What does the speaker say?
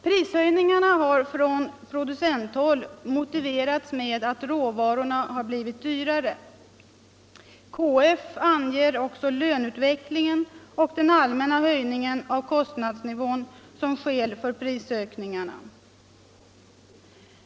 Prishöjningarna har från producenthåll motiverats med att råvarorna har blivit dyrare. KF anger också löneutvecklingen och den allmänna höjningen av kostnadsnivån som skäl till prisökningarna.